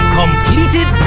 completed